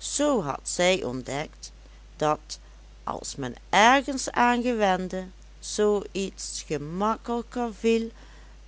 zoo had zij ontdekt dat als men ergens aan gewende zoo iets gemakkelijker viel